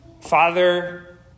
Father